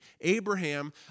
Abraham